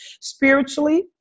spiritually